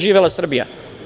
Živela Srbija.